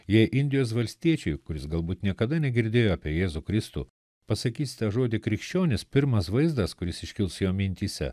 jei indijos valstiečiui kuris galbūt niekada negirdėjo apie jėzų kristų pasakysite žodį krikščionys pirmas vaizdas kuris iškils jo mintyse